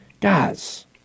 guys